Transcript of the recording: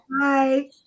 Bye